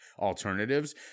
alternatives